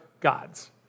gods